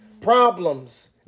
problems